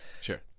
Sure